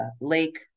Lake